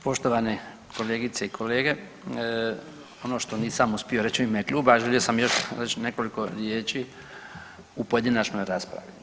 Poštovane kolegice i kolege, ono što nisam uspio reći u ime kluba, a želio sam još reći nekoliko riječi u pojedinačnoj raspravi.